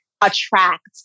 attract